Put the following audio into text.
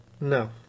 No